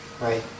right